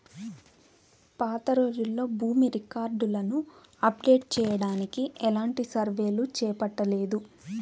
పాతరోజుల్లో భూమి రికార్డులను అప్డేట్ చెయ్యడానికి ఎలాంటి సర్వేలు చేపట్టలేదు